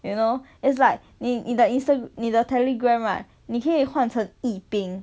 you know it's like 你你的 insta~ 你的 telegram right 你可以换成 yi bing